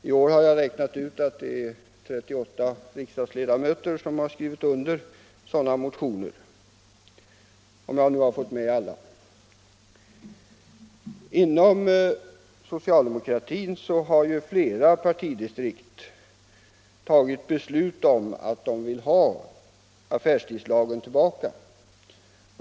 Jag har räknat ut att det i år är 38 riksdagsledamöter som har skrivit under sådana motioner — om jag nu har fått med alla. Inom socialdemokratin har också flera partidistrikt uttalat att man vill ha af färstidslagen tillbaka.